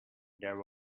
there